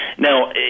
Now